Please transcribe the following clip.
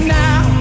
now